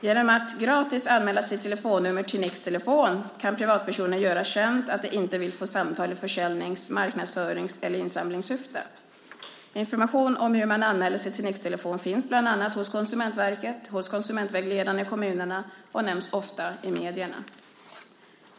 Genom att gratis anmäla sitt telefonnummer till Nix-Telefon kan privatpersoner göra känt att de inte vill få samtal i försäljnings-, marknadsförings eller insamlingssyfte. Information om hur man anmäler sig till Nix-Telefon finns bland annat hos Konsumentverket och hos konsumentvägledarna i kommunerna och nämns ofta i medierna.